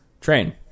Train